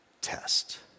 test